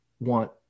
want